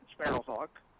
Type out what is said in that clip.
Sparrowhawk